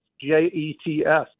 J-E-T-S